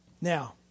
Now